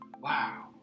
wow